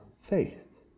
faith